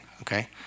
Okay